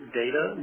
data